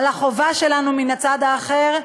מצביעים.